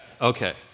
Okay